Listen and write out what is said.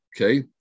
Okay